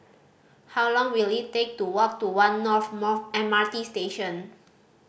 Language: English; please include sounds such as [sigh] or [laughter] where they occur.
how long will it take to walk to One North [unintelligible] M R T Station